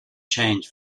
change